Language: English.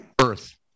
earth